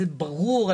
זה ברור,